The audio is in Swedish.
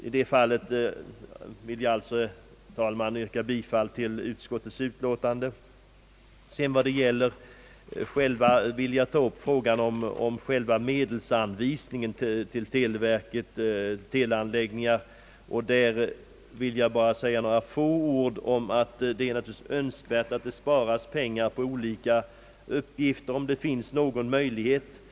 I det fallet vill jag alltså, herr talman, yrka bifall till utskottets utlåtande. Jag vill också ta upp frågan om medelsanvisningen till teleanläggningar. Beträffande den frågan vill jag bara säga att det naturligtvis är önskvärt att det sparas pengar för olika uppgifter, om det finns någon möjlighet därtill.